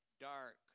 dark